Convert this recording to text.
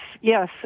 yes